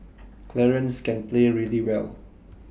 Clarence can play really well